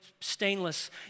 stainless